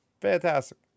fantastic